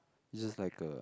it's just like a